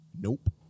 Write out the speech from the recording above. Nope